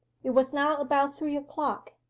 it was now about three o'clock.